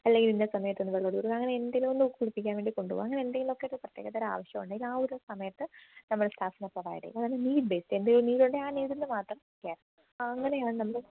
അല്ലെങ്കിൽ ഇന്ന സമയത്തൊന്ന് വെള്ളം എടുത്ത് കൊടുക്കുക അങ്ങനെ എന്തെങ്കിലും ഒന്ന് കുളിപ്പിക്കാൻ വേണ്ടി കൊണ്ട് പോവുക അങ്ങനെ എന്തെങ്കിലും ഒക്കെ ഒരു പ്രത്യേക തരം ആവശ്യം ഉണ്ടേങ്കിൽ ആ ഒരു സമയത്ത് നമ്മൾ സ്റ്റാഫിനെ പ്രൊവൈഡ് ചെയ്യും അതാണ് നീഡ് ബേസ്ഡ് എന്തെങ്കിലും നീഡ് ഉണ്ടെങ്കിൽ ആ നീഡിന് മാത്രം കെയർ അങ്ങനെയാണ് നമ്മൾ